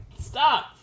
Stop